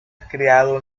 creado